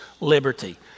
liberty